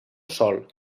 sol